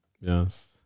Yes